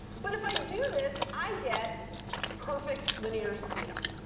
but if i do this, i get perfect linear speed-up.